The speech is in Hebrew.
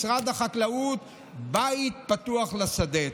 משרד החקלאות הוא בית פתוח לשדה.